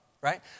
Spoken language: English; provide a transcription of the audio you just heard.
Right